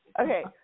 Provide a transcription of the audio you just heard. Okay